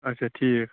اچھا ٹھیٖک